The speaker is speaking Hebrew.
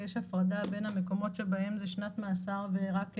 יש הפרדה בין המקומות שבהם זה שנת מאסר ורק קנס,